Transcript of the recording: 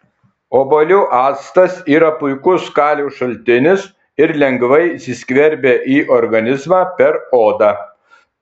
obuolių actas yra puikus kalio šaltinis ir lengvai įsiskverbia į organizmą per odą